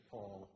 Paul